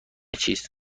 چیز